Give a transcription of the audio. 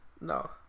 No